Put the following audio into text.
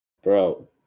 Bro